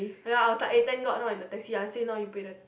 ya I was like eh thank god not in the taxi I say now you pay the